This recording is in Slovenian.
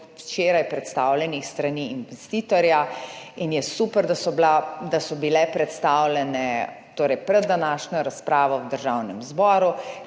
včeraj predstavljenih s strani investitorja in je super, da so bile predstavljene pred današnjo razpravo v Državnem zboru,